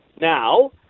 now